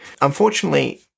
Unfortunately